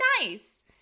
nice